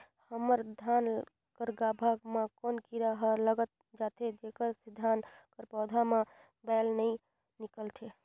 हमर धान कर गाभा म कौन कीरा हर लग जाथे जेकर से धान कर पौधा म बाएल नइ निकलथे?